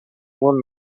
vuole